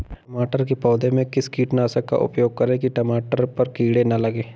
टमाटर के पौधे में किस कीटनाशक का उपयोग करें कि टमाटर पर कीड़े न लगें?